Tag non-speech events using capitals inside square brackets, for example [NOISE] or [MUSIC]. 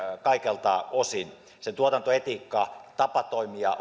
kaikilta osin sen osalta tuotantoetiikka ja tapa toimia [UNINTELLIGIBLE]